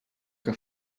que